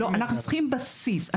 אנחנו צריכים בסיס.